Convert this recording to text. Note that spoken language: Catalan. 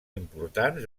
importants